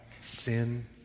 sin